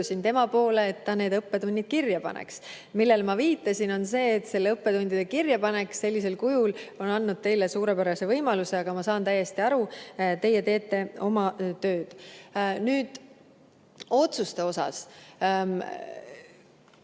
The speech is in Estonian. tema poole, et ta need õppetunnid kirja paneks. Aga ma viitasin sellele, et õppetundide kirjapanek sellisel kujul on andnud teile suurepärase võimaluse. Ent ma saan täiesti aru, teie teete oma tööd. Nüüd otsustest.